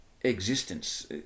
existence